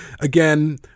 Again